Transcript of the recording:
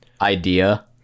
idea